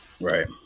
Right